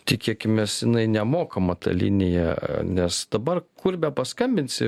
tikėkimės jinai nemokama ta linija nes dabar kur bepaskambinsi